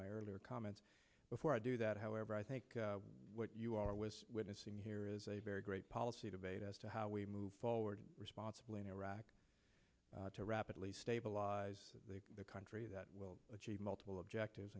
my earlier comments before i do that however i think what you are witnessing here is a very great policy debate as to how we move forward responsibly in iraq to rapidly stabilize the country that will achieve multiple objectives